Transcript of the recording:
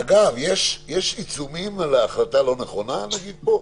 אגב, יש עיצומים על החלטה לא נכונה פה?